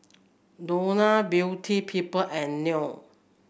Danone Beauty People and Nan